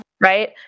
right